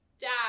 dad